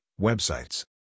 websites